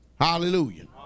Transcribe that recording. Hallelujah